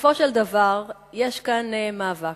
בסופו של דבר יש כאן מאבק,